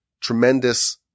tremendous